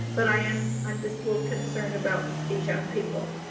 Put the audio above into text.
but i am. i'm just a little concerned about these young people.